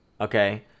okay